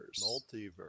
multiverse